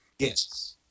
Yes